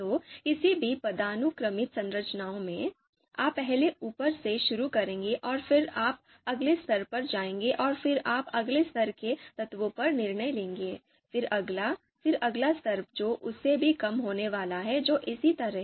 तो किसी भी पदानुक्रमित संरचना में आप पहले ऊपर से शुरू करेंगे और फिर आप अगले स्तर पर जाएंगे और फिर आप अगले स्तर के तत्वों पर निर्णय लेंगे फिर अगला फिर अगला स्तर जो उससे भी कम होने वाला है और इसी तरह